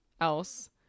else